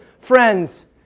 friends